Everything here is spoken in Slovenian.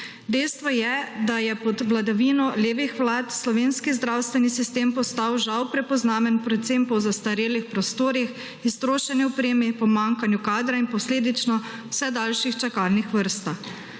Dejstvo je, da je pod vladavino levih vlad slovenski zdravstveni sistem postal, žal, prepoznaven predvsem po zastarelih prostorih, iztrošeni opremi, pomanjkanju kadra in posledično vse daljših čakalnih vrstah.